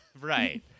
Right